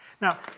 Now